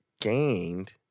gained